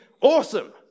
awesome